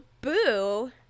Boo